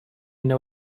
know